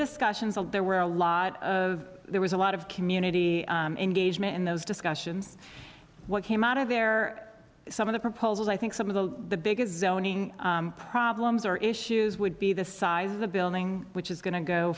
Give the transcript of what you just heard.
discussions there were a lot of there was a lot of community engagement in those discussions what came out of there some of the proposals i think some of the the biggest zoning problems or issues would be the size of the building which is going to go